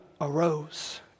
arose